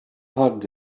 hugged